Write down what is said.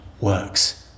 works